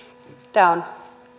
on